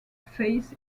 faith